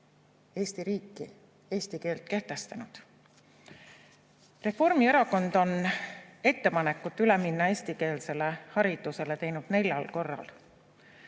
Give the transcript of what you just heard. Eesti riiki ega eesti keelt kehtestanud. Reformierakond on ettepanekut minna üle eestikeelsele haridusele teinud neljal korral: